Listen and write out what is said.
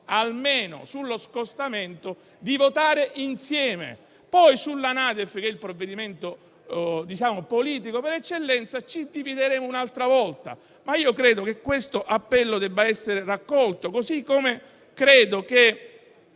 almeno sullo scostamento, di votare insieme; poi sulla NADEF, che è il provvedimento politico per eccellenza, ci divideremo un'altra volta. Ma io credo che questo appello debba essere raccolto, così come credo che